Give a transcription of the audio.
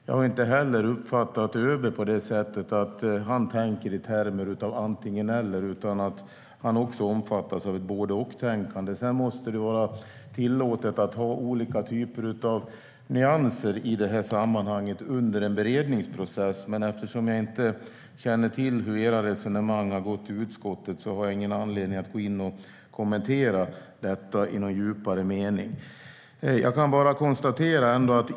Jag har inte heller uppfattat att ÖB tänker i termer av antingen eller, utan han omfattas också av ett både-och-tänkande. Sedan måste det vara tillåtet att ha olika typer av nyanser i det här sammanhanget under en beredningsprocess, men eftersom jag inte känner till hur era resonemang har gått i utskottet har jag ingen anledning att kommentera detta i någon djupare mening.